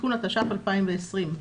תיקון התש"ף-2020.